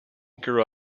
grew